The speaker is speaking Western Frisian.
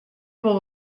wol